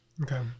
Okay